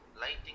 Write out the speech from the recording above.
Lighting